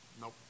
Nope